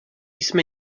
jsme